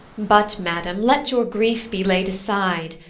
but, madam, let your grief be laid aside,